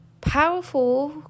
powerful